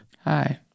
Hi